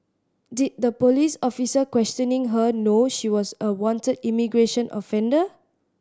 did the police officer questioning her know she was a wanted immigration offender